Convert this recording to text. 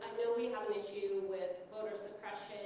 know we have an issue with voter suppression.